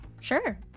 Sure